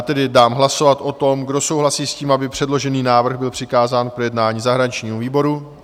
Tedy dám hlasovat o tom, kdo souhlasí s tím, aby předložený návrh byl přikázán k projednání zahraničnímu výboru.